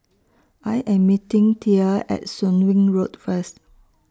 I Am meeting Thea At Soon Wing Road First